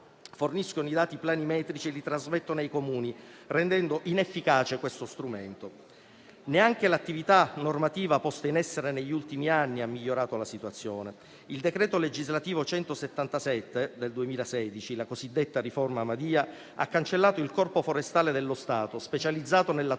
forniscono i dati planimetrici e li trasmettono ai Comuni, rendendo inefficace questo strumento. Neanche l'attività normativa posta in essere negli ultimi anni ha migliorato la situazione. Il decreto legislativo n. 177 del 2016, la cosiddetta riforma Madia, ha cancellato il Corpo forestale dello Stato, specializzato nella tutela